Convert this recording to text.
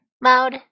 mode